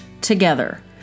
together